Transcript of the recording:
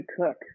cook